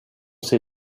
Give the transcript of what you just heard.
ses